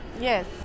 Yes